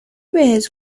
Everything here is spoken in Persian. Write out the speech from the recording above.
بهت